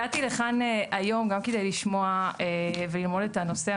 הגעתי לכאן היום גם כדי לשמוע וללמוד את הנושא.